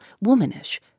womanish